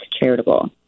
charitable